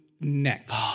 next